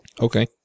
Okay